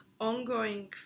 ongoing